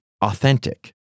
authentic